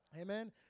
Amen